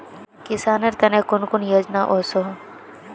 किसानेर केते कुन कुन योजना ओसोहो?